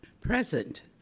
Present